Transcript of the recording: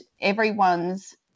everyone's